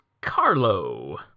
Carlo